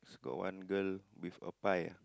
got one girl with a pie ah